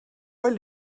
eine